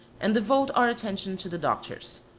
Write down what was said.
and devote our attention to the doctors.